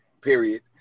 period